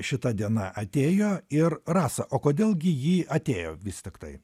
šita diena atėjo ir rasa o kodėl gi ji atėjo vis tiktai